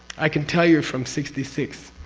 i can tell you from sixty six.